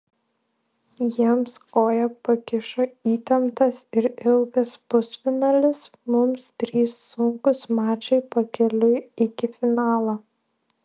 jiems koją pakišo įtemptas ir ilgas pusfinalis mums trys sunkūs mačai pakeliui iki finalo